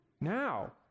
now